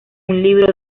libro